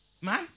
man